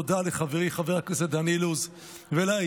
תודה לחברי חבר הכנסת דן אילוז ולעיתונאי